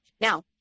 Now